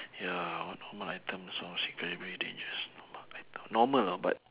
ya what normal item sounds incredibly dangerous normal item normal you know but